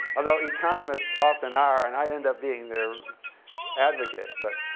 although economists often are and i end up being their advocate. but